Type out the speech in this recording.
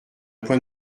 point